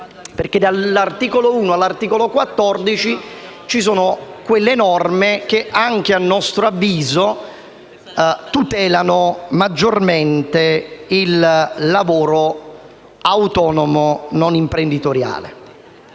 perché dell’articolo 1 all’articolo 14 contiene norme che, anche a nostro avviso, tutelano maggiormente il lavoro autonomo non imprenditoriale.